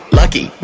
lucky